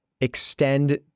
extend